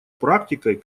практикой